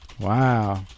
wow